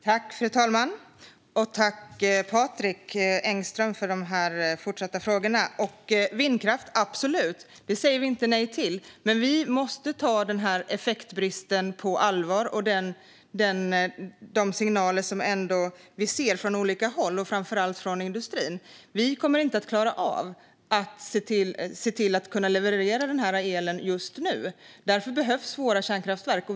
Fru talman! Tack, Patrik Engström, för de fortsatta frågorna! Vindkraft ska vi absolut ha; det säger vi inte nej till. Men vi måste ta effektbristen och de signaler vi ser från olika håll, framför allt från industrin, på allvar. Vi kommer inte att klara av att leverera denna el just nu. Därför behövs våra kärnkraftverk.